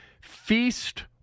Feast